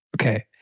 Okay